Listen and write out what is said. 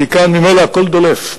כי כאן ממילא הכול דולף.